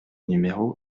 numéro